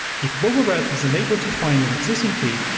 if bubblewrap is unable to find an existing key,